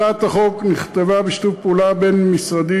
הצעת החוק נכתבה בשיתוף פעולה בין-משרדי,